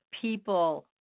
people